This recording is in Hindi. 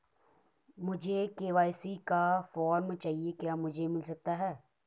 मुझे के.वाई.सी का फॉर्म चाहिए क्या मुझे मिल सकता है?